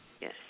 Yes